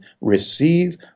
receive